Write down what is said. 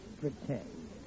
pretend